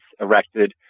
erected